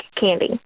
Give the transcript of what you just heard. candy